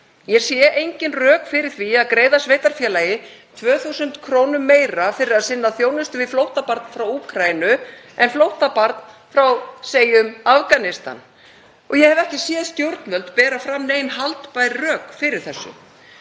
Ég sé engin rök fyrir því að greiða sveitarfélagi 2.000 kr. meira fyrir að sinna þjónustu við flóttabarn frá Úkraínu en við flóttabarn frá, segjum Afganistan. Ég hef ekki séð stjórnvöld bera fram nein haldbær rök fyrir þessu.